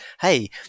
hey